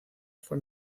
fue